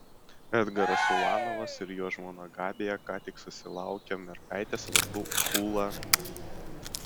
edgaras ulanovas ir jo žmona gabija ką tik susilaukė mergaitės vardu ūla marija